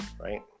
right